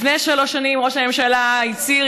לפני שלוש שנים ראש הממשלה הצהיר,